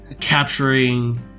capturing